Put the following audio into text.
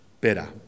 better